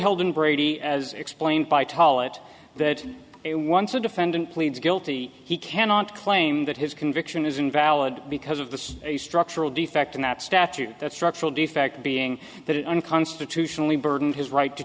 held in brady as explained by tall it that once a defendant pleads guilty he cannot claim that his conviction is invalid because of this a structural defect in that statute that structural defect being that it unconstitutionally burden his right to